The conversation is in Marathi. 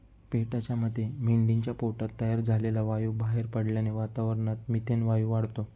पेटाच्या मते मेंढीच्या पोटात तयार झालेला वायू बाहेर पडल्याने वातावरणात मिथेन वायू वाढतो